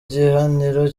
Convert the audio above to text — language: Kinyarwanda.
kiganiro